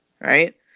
right